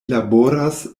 laboras